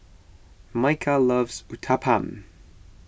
Micah loves Uthapam